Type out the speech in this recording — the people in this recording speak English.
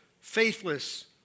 faithless